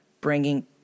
bringing